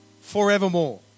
forevermore